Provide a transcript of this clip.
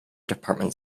department